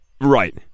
Right